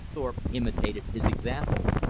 thorpe imitated his example.